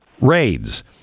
raids